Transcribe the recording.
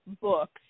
books